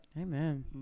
Amen